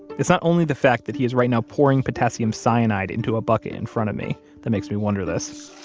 it's not only the fact that he is right now pouring potassium cyanide into a bucket in front of me that makes me wonder this